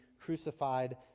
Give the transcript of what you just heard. crucified